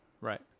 Right